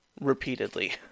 repeatedly